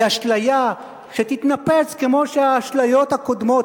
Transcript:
היא אשליה שתתנפץ כמו שהאשליות הקודמות,